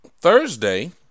Thursday